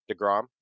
DeGrom